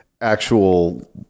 actual